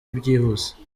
byihuse